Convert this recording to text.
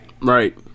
right